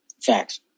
Facts